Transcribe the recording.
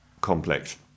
complex